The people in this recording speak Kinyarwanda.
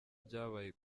byabaye